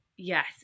Yes